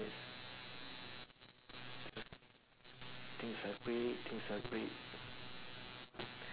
things are things are great things are great